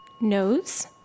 nose